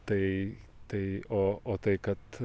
tai tai o o tai kad